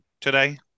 today